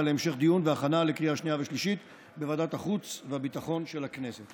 להמשך דיון והכנה לקריאה שנייה ושלישית בוועדת החוץ והביטחון של הכנסת.